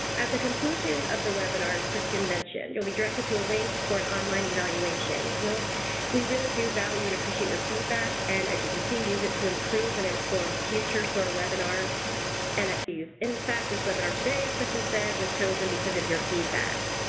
at the conclusion of the webinar, as kristin mentioned, you'll be directed to a link for an online evaluation. we really do value and appreciate your feedback. and as you can see, use it to improve and inform future soar webinars and ideas. in fact, this webinar today, as kristin said, was chosen because of your feedback.